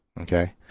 Okay